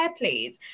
please